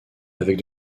avec